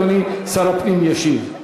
אדוני שר הפנים ישיב.